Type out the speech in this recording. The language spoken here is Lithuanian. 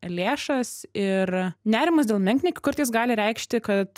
lėšas ir nerimas dėl menkniekių kartais gali reikšti kad